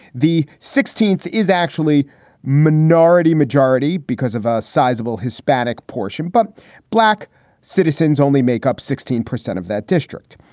the sixteenth is actually minority majority because of a sizable hispanic portion. but black citizens only make up sixteen percent of that district.